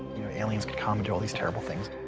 aliens could come and do all these terrible things.